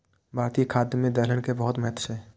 भारतीय खाद्य मे दलहन के बहुत महत्व छै